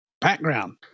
background